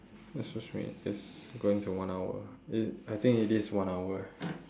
excuse me it's going to one hour it I think it is one hour eh